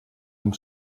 amb